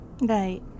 Right